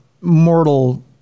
mortal